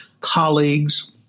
colleagues